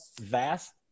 Vast